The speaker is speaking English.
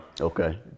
okay